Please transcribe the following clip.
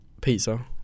pizza